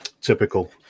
Typical